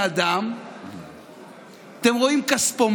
כאמור, כפי